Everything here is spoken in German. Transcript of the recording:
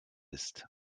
ist